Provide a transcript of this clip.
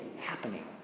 happening